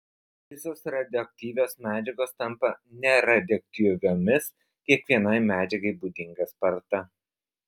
visos radioaktyviosios medžiagos tampa neradioaktyviomis kiekvienai medžiagai būdinga sparta